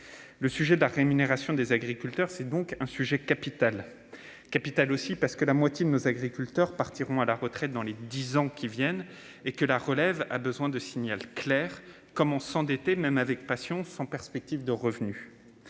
Le sujet de la rémunération des agriculteurs est donc capital. Il l'est parce que la moitié de nos agriculteurs partiront à la retraite dans les dix ans à venir et que la relève a besoin d'un signal clair. Comment s'endetter, même avec passion, sans perspectives de revenus ?